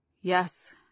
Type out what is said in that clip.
Yes